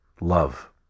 love